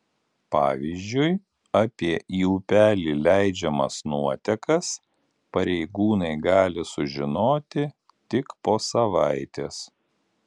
pavyzdžiui apie į upelį leidžiamas nuotekas pareigūnai gali sužinoti tik po savaitės